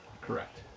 Correct